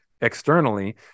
externally